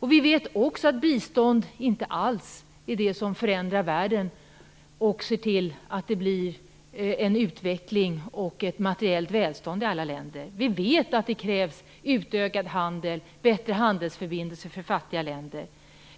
Vi vet också att bistånd inte alls är det som förändrar världen så att det blir utveckling och materiellt välstånd i alla länder. Vi vet att det krävs utökad handel och bättre handelsförbindelser för fattiga länder.